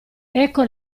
ecco